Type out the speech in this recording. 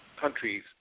countries